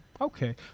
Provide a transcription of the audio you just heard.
Okay